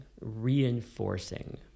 reinforcing